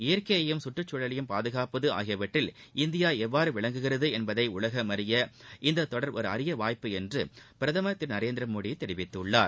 இயற்கையையும் கற்றுச்சூழலையும் பாதுகாப்பது ஆகியவற்றில் இந்தியா எப்படி விளங்குகிறது என்பதை உலகம் அறிய இந்தத் தொடர் ஒரு அரிய வாய்ப்பு என்று பிரதமர் திரு நரேந்திரமோட தெரிவித்துள்ளார்